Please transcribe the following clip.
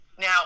Now